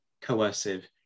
coercive